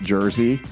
Jersey